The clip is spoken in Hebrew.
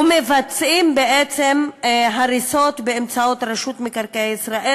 ומבצעים בעצם הריסות באמצעות רשות מקרקעי ישראל,